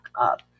up